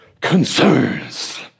concerns